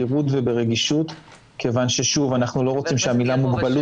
בזהירות וברגישות כיוון שאנחנו לא רוצים שהמילה מוגבלות